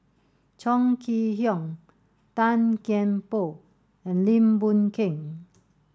Chong Kee Hiong Tan Kian Por and Lim Boon Keng